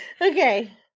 Okay